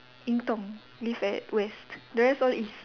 Ying-Tong lives at West the rest all east